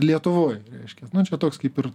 lietuvoj reiškia nu čia toks kaip ir